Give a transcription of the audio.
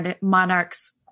monarch's